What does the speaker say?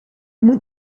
moet